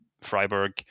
Freiburg